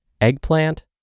eggplant